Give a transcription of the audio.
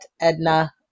Edna